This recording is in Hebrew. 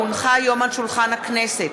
כי הונחה היום על שולחן הכנסת,